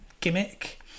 gimmick